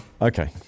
Okay